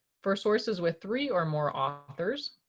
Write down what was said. for sources with three or more authors,